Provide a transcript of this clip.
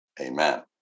Amen